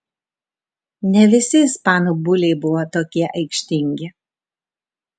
ne visi ispanų buliai buvo tokie aikštingi